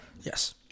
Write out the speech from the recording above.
Yes